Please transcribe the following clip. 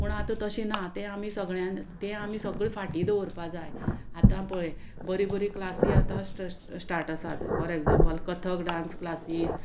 पूण आतां तशें ना तें आमी सगळ्यांनी तें आमी सगळें फाटीं दवरपा जाय आतां पळय बरीं बरीं क्लासी आतां स्टार्ट आसात for example Kathak dance classes